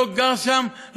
לא גר שם,